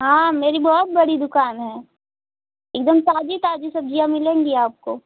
हाँ मेरी बहुत बड़ी दुकान है एकदम ताज़ी ताज़ी सब्ज़ियाँ मिलेंगी आपको